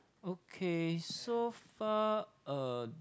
okay so far uh